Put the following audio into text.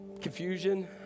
confusion